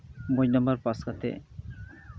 ᱢᱚᱡᱽ number pass ᱠᱟᱛᱮᱫ